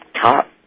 top